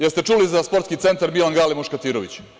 Jeste li čuli za Sportski centar „Milan Gale Muškatirović“